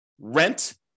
rent